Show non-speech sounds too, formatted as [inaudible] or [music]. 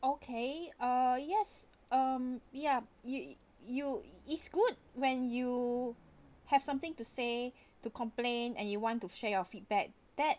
okay uh yes um we are you you you it's good when you have something to say [breath] to complain and you want to share your feedback that